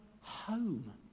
home